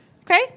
Okay